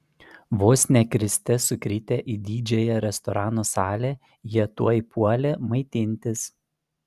vos ne kriste sukritę į didžiąją restorano salę jie tuoj puolė maitintis